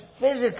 physically